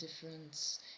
difference